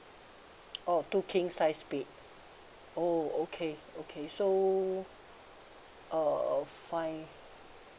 oh two king size bed oh okay okay so uh five